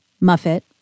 Muffet